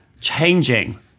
changing